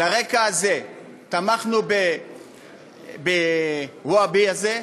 על הרקע הזה תמכנו ב-Wobi הזה,